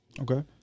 Okay